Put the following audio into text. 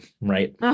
right